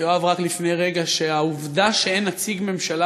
יואב רק לפני רגע שהעובדה שאין נציג ממשלה